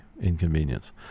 inconvenience